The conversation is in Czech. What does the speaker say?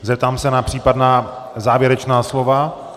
Zeptám se na případná závěrečná slova...